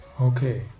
Okay